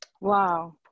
Wow